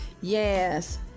Yes